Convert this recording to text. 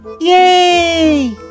Yay